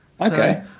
Okay